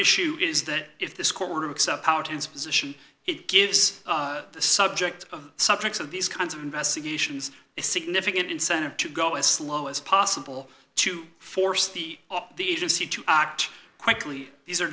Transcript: issue is that if this court accept out its position it gives the subject of subjects of these kinds of investigations a significant incentive to go as slow as possible to force the the agency to act quickly these